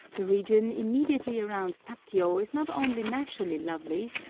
the region immediately around takio is not only naturally lovely,